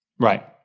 right.